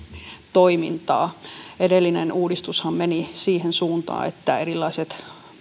toimintaa edellinen uudistushan meni siihen suuntaan että erilaiset